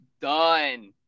done